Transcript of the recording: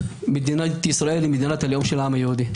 מדינת ישראל היא מדינת הלאום של העם היהודי.